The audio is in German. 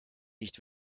nicht